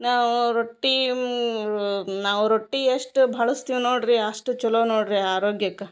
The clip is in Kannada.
ನಾವೂ ರೊಟ್ಟಿ ನಾವು ರೊಟ್ಟಿ ಎಷ್ಟು ಬಳಸ್ತೀವ್ ನೋಡಿರಿ ಅಷ್ಟು ಚಲೋ ನೋಡಿರಿ ಆರೋಗ್ಯಕ್ಕ